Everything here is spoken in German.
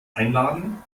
einladen